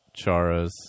Charas